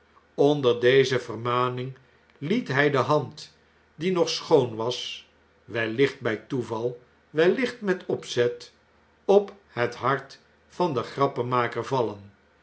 onder deze vermaning liet hjj de hand die nog schoon was wellicht bjj toeval wellicht met opzet op het hart van den grappenmaker vallen